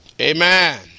Amen